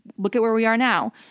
look at where we are now.